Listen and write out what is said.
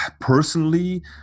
personally